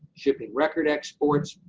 shipping record exports.